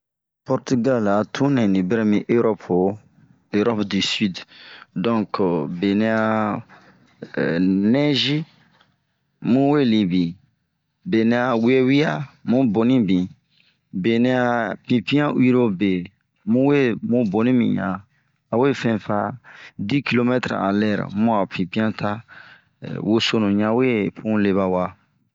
Pɔrtigal a tun nɛɛ ri berɛ min erɔpu, erɔpe di side donke, benɛ'a nɛzi bun we libin, be nɛ'a wewia bun boni bin, benɛ a pinpian uwirobe ,bun we bun boni binɲan. awe fɛn fa di kilomɛtere a lɛre, bun a ho pipian taa, wosonu ɲa we pun leba wa.